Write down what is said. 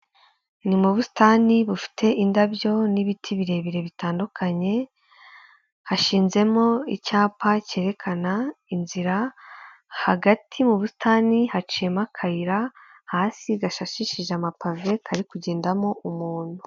Ni mu busitani bufite indabyo n'ibiti birebire bitandukanye, hashizemo icyapa cyerekana inzira, hagati mu busitani hacimo akayira, hasi gashashishije amapave, kari kugendamo umuntu.